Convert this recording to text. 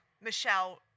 Michelle